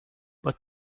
but